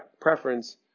preference